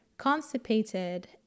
constipated